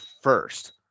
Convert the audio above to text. first